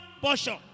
portion